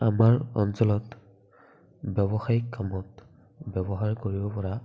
আমাৰ অঞ্চলত ব্যৱসায়িক কামত ব্যৱহাৰ কৰিব পৰা